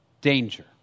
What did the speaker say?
danger